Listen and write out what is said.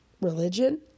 religion